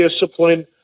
discipline